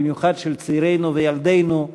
במיוחד של צעירינו וילדינו,